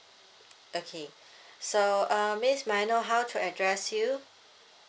okay so uh miss may I know how to address you